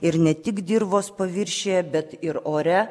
ir ne tik dirvos paviršiuje bet ir ore